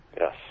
yes